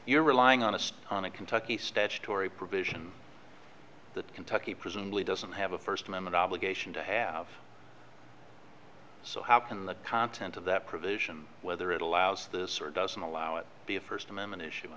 you're relying on this on a kentucky statutory provision that kentucky presumably doesn't have a first amendment obligation to have so how can the content of that provision whether it allows this or doesn't allow it to be a first amendment issue